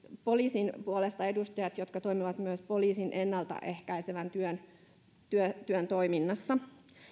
poliisin puolesta edustajat jotka toimivat myös poliisin ennalta ehkäisevän työn työn toiminnassa